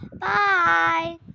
Bye